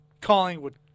Collingwood